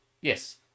Yes